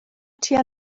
tua